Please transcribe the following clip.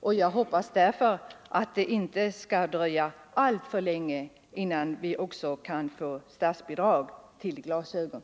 Jag 3 hoppas därför att det inte skall dröja alltför länge innan statsbidrag också lämnas till glasögon.